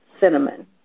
cinnamon